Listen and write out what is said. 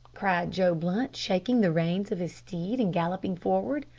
cried joe blunt, shaking the reins of his steed, and galloping forward.